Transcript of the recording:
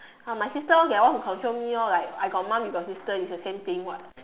uh my sister orh they all want to control me orh like I got mum you got sister it's the same thing [what]